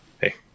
hey